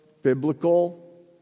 Biblical